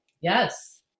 Yes